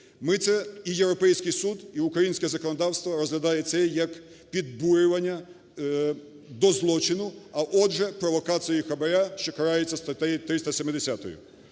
ми це, і Європейський Суд, і українське законодавство розглядає це як підбурювання до злочину, а отже, провокацією хабара, що карається статтею 370.